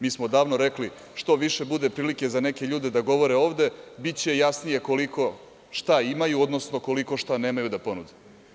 Mi smo davno rekli – što više bude prilike za neke ljude da govore ovde, biće jasnije koliko šta imaju, odnosno koliko šta nemaju da ponude.